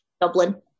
Dublin